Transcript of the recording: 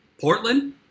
Portland